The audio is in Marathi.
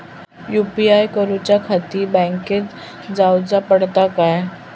यू.पी.आय करूच्याखाती बँकेत जाऊचा पडता काय?